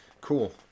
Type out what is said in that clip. Cool